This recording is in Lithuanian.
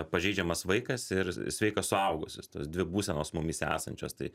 pažeidžiamas vaikas ir sveikas suaugęs tos dvi būsenos mumyse esančios tai